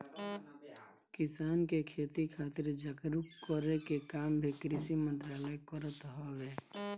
किसान के खेती खातिर जागरूक करे के काम भी कृषि मंत्रालय करत हवे